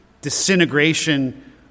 disintegration